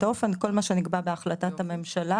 את האופן - כל מה שנקבע בהחלטת הממשלה,